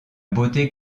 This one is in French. beauté